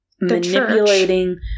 manipulating